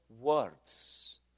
words